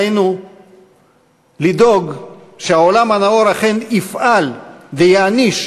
עלינו לדאוג שהעולם הנאור אכן יפעל ויעניש